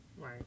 Right